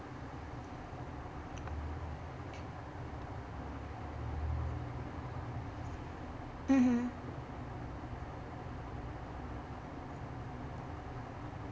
mmhmm